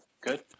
Good